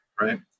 right